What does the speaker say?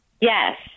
Yes